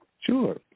Sure